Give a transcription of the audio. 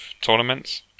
tournaments